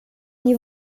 nie